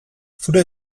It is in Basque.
zure